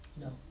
no